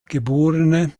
geb